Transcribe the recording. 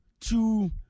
two